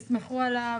תסמכו עליו,